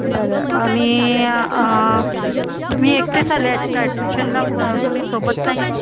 बरं आणि तुम्ही एकटेच आले आहेत का ॲडमिशनला ब कुणी सोबत नाही आहे